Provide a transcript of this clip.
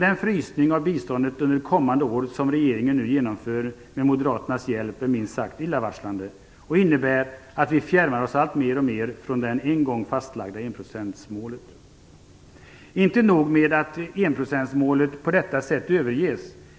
Den frysning av biståndet under kommande år som regeringen nu genomför med Moderaternas hjälp är minst sagt illavarslande och innebär att vi fjärmar oss allt mer från det en gång fastlagda enprocentsmålet. Det är inte nog med att enprocentsmålet på detta sätt överges.